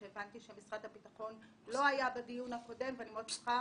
שאני מבינה שלא היו בדיון הקודם ואני שמחה